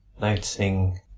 Noticing